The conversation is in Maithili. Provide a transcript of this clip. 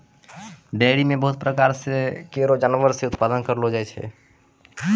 डेयरी म बहुत प्रकार केरो जानवर से उत्पादन करलो जाय छै